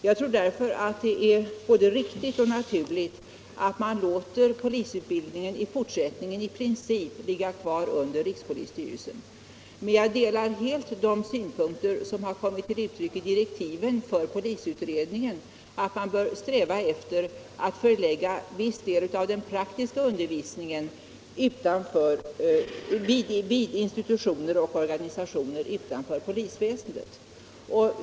Jag tror därför att det är både riktigt och naturligt att låta polisutbildningen i princip ligga kvar under rikspolisstyrelsen. Men jag delar helt de synpunkter som kommit till uttryck i direktiven till polisutredningen, att man bör sträva efter att förlägga en viss del av den praktiska utbildningen vid institutioner och organisationer utanför polisväsendet.